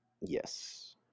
Yes